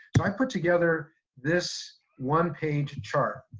i put together this one page and chart.